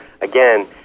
again